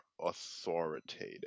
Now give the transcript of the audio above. authoritative